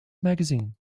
magazine